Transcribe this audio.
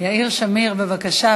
יאיר שמיר, בבקשה.